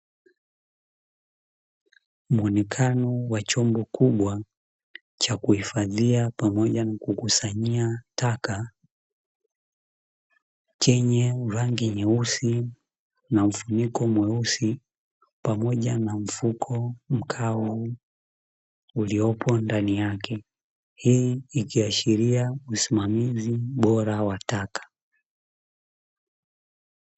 Muonekano wa chombo kubwa cha kuhifadhia pamoja na kukusanyia taka, chenye rangi nyeusi na mfuniko mweusi, pamoja na mfuko mkavu uliopo ndani yake, hii ikiashiria usimamizi bora wa taka.